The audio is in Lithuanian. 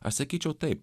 aš sakyčiau taip